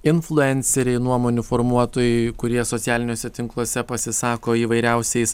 influenceriai nuomonių formuotojai kurie socialiniuose tinkluose pasisako įvairiausiais